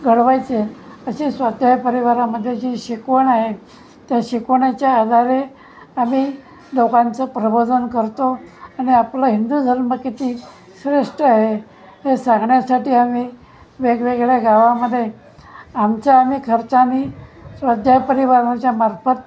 घडवायचे अशी स्वाध्याय परिवारामध्ये जी शिकवण आहे त्या शिकवण्याच्या आधारे आम्ही लोकांचं प्रबोधन करतो आणि आपलं हिंदू धर्म किती श्रेष्ठ आहे हे सांगण्यासाठी आम्ही वेगवेगळ्या गावामध्ये आमच्या आम्ही खर्चाने स्वाध्याय परिवाराच्या मार्फत